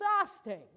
Exhausting